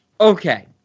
okay